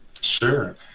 Sure